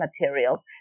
materials